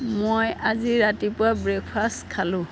মই আজি ৰাতিপুৱা ব্ৰেকফাচ খালোঁ